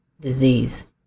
disease